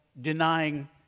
denying